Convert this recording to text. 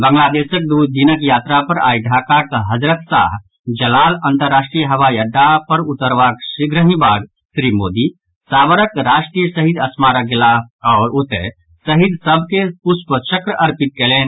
बांग्लादेशक दू दिनक यात्रा पर आई ढाकाक हजरत शाह जलाल अन्तर्राष्ट्रीय हवाई अड्डा पर उतरबाक शीघ्रहि बाद श्री मोदी सावरक राष्ट्रीय शहीद स्मारक गेलाह आओर ओतऽ शहीद सभ के पुष्पचक्र अर्पित कयलनि